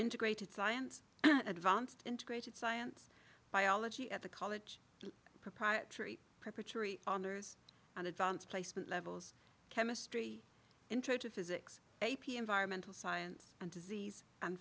integrated science advanced integrated science biology at the college the proprietary preparatory honors and advanced placement levels chemistry intro to physics a p environmental science and disease